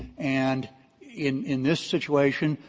and in in this situation,